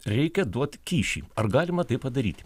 reikia duot kyšį ar galima tai padaryti